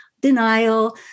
denial